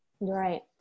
Right